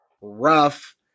rough